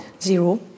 Zero